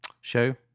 show